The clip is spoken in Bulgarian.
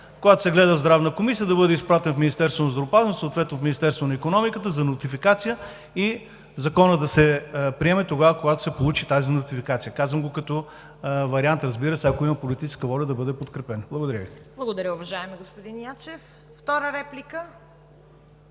когато се гледа в Здравната комисия да бъде изпратен в Министерството на здравеопазването, съответно в Министерството на икономиката, за нотификация и Законът да се приеме тогава, когато се получи тази нотификация. Казвам го като вариант, разбира се, ако има политическа воля да бъде подкрепен. Благодаря Ви. ПРЕДСЕДАТЕЛ ЦВЕТА КАРАЯНЧЕВА: Благодаря, уважаеми господин Ячев.